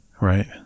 Right